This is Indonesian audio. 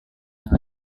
yang